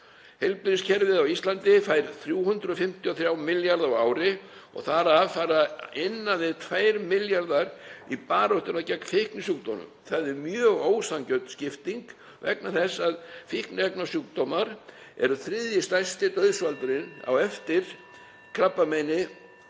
Heilbrigðiskerfið á Íslandi fær 353 milljarða á ári og þar af fara innan við 2 milljarðar í baráttuna gegn fíknisjúkdómum. Það er mjög ósanngjörn skipting vegna þess að fíknisjúkdómar eru þriðji stærsti dauðsvaldurinn á eftir krabbameini og